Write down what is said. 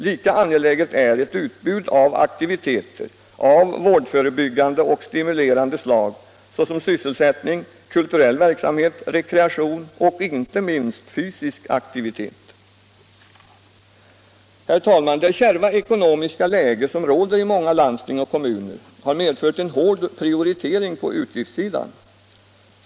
Lika angeläget är ett utbud av aktiviteter av vårdförebyggande och stimulerande slag såsom sysselsättning, kulturell verksamhet, rekreation och inte minst fysisk aktivitet.” Det kärva ekonomiska läge som råder i många landsting och kommuner har medfört en hård prioritering på utgiftssidan.